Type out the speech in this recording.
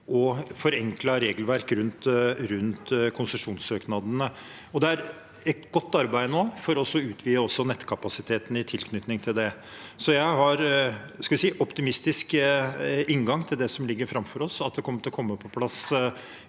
og forenklet regelverk rundt konsesjonssøknadene. Det gjøres et godt arbeid nå for å utvide også nettkapasiteten i tilknytning til det. Så jeg har en optimistisk inngang til det som ligger framfor oss, at det kommer til å komme på plass